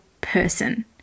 person